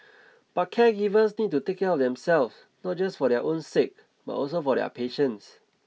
but caregivers need to take care of themself not just for their own sake but also for their patients